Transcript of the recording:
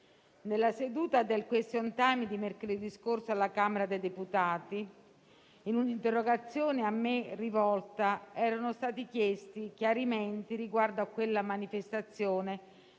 Nella seduta del *question time* di mercoledì scorso alla Camera dei deputati, in un'interrogazione a me rivolta erano stati chiesti chiarimenti riguardo a quella manifestazione,